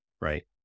right